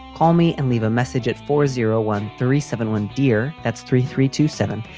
call me and leave a message at four zero one three seven one, dear. that's three three to seven.